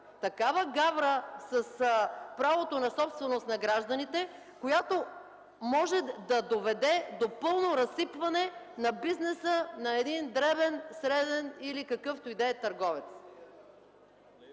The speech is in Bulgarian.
такава гавра с правото на собственост на гражданите, която може да доведе до пълно разсипване на бизнеса на един дребен, среден или какъвто и да е търговец?